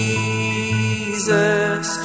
Jesus